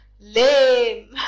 lame